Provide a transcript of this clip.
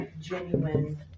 genuine